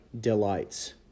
delights